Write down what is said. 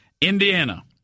Indiana